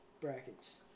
brackets